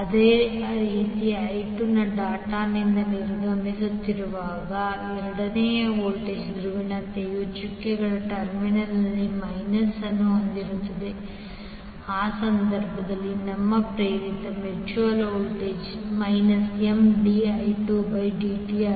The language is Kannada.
ಅದೇ ರೀತಿ i 2 ಡಾಟ್ನಿಂದ ನಿರ್ಗಮಿಸುವಾಗ ಆದರೆ ಎರಡನೆಯ ವೋಲ್ಟೇಜ್ ಧ್ರುವೀಯತೆಯು ಚುಕ್ಕೆಗಳ ಟರ್ಮಿನಲ್ನಲ್ಲಿ ಮೈನಸ್ ಅನ್ನು ಹೊಂದಿರುತ್ತದೆ ಆ ಸಂದರ್ಭದಲ್ಲಿ ನಿಮ್ಮ ಪ್ರೇರಿತ ಮ್ಯೂಚುವಲ್ ವೋಲ್ಟೇಜ್ Mdi 2 dt